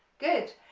good.